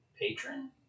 patron